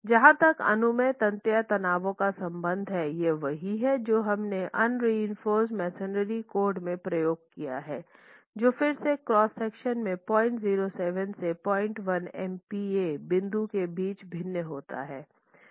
जहाँ तक अनुमेय तन्यता तनावों का संबंध है यह वही है जो हमने अनरिइंफोर्समेसनरी कोड में प्रयोग किया है जो फिर से क्रॉस सेक्शन में 007 से 01 एमपीए बिंदु के बीच भिन्न होता है